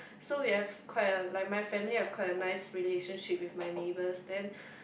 so we have quite a like my family have quite a nice relationship with my neighbours then